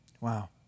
Wow